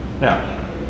Now